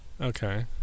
Okay